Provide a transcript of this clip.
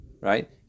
Right